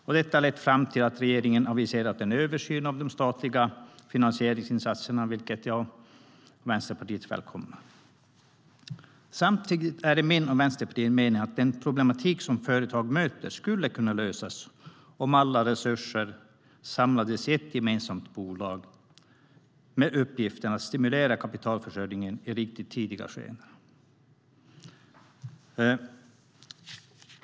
Samtidigt är det min och Vänsterpartiets mening att den problematik som företag möter skulle kunna lösas om alla resurser samlades i ett gemensamt bolag med uppgiften att stimulera kapitalförsörjningen i riktigt tidiga skeden.